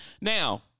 Now